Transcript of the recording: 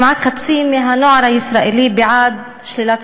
כמעט חצי מהנוער הישראלי בעד שלילת